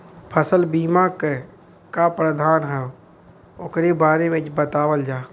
फसल बीमा क का प्रावधान हैं वोकरे बारे में बतावल जा?